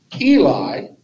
Eli